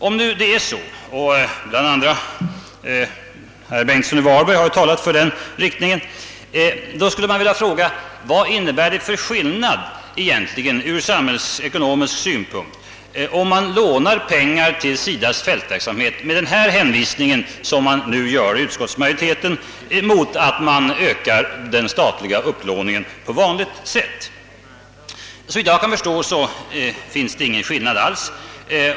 Om det nu är så — bl.a. herr Bengtsson i Varberg har ju talat för det — så skulle man vilja fråga: Vad är det egentligen, ur samhällsekonomisk synpunkt, för skillnad mellan att låna pengar till: SIDA:s fältverksamhet med denna hänvisning — vilket utskottsmajoriteten nu vill göra — och att öka den statliga upplåningen på vanligt sätt? Såvitt jag förstår finns det ingen skillnad alls.